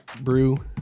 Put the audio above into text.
brew